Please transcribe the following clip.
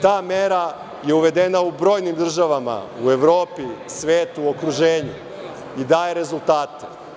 Ta mera je uvedena u brojnim državama u Evropi, svetu, okruženju i daje rezultate.